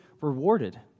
rewarded